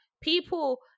people